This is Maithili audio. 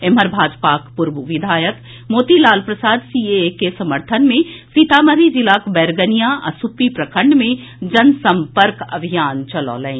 एम्हर भाजपाक पूर्व विधायक मोतीलाल प्रसाद सीएए के समर्थन मे सीतामढ़ी जिलाक बैरगनिया आ सुप्पी प्रखंड मे जनसम्पर्क अभियान चलौलनि